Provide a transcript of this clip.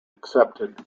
accepted